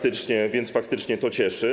Tak więc faktycznie to cieszy.